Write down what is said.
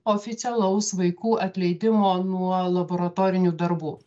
oficialaus vaikų atleidimo nuo laboratorinių darbų